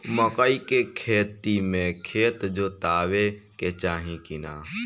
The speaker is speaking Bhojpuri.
मकई के खेती मे खेत जोतावे के चाही किना?